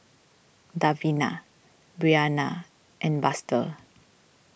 Davina Brianna and Buster